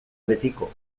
betiko